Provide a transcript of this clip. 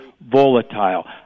volatile